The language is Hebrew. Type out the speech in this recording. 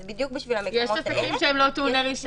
אז בדיוק בשביל המקומות האלה --- יש עסקים שהם בכלל לא טעוני רישיון,